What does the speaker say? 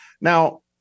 Now